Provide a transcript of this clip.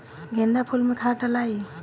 गेंदा फुल मे खाद डालाई?